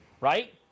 right